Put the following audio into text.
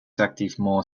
activement